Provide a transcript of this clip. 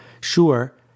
Sure